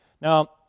Now